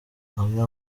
amwe